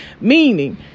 Meaning